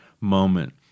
moment